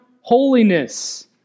holiness